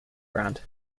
ground